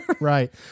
Right